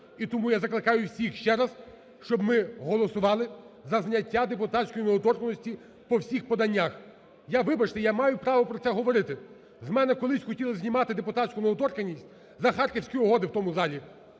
І тому я закликаю всіх ще раз, щоб ми голосували за зняття депутатської недоторканності по всіх поданнях. Я, вибачте, я маю право про це говорити. З мене колись хотіли знімати депутатську недоторканність за Харківські угоди в тому залі.